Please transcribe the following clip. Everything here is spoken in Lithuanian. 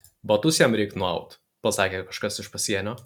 batus jam reik nuaut pasakė kažkas iš pasienio